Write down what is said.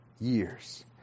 years